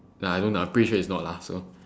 nah don't lah pretty it's not lah so